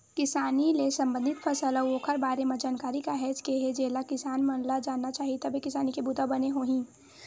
किसानी ले संबंधित फसल अउ ओखर बारे म जानकारी काहेच के हे जेनला किसान मन ल जानना चाही तभे किसानी के बूता बने होही